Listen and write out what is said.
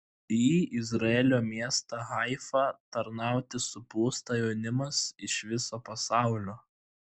į izraelio miestą haifą tarnauti suplūsta jaunimas iš viso pasaulio